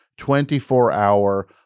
24-hour